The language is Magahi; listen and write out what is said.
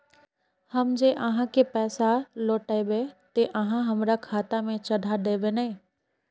हम जे आहाँ के पैसा लौटैबे ते आहाँ हमरा खाता में चढ़ा देबे नय?